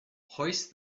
hoist